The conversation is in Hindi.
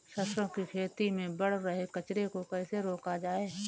सरसों की खेती में बढ़ रहे कचरे को कैसे रोका जाए?